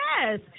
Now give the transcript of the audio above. Yes